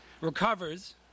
recovers